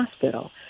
hospital